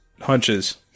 hunches